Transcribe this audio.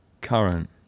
current